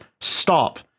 stop